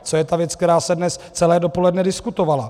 Co je ta věc, která se dnes celé dopoledne diskutovala?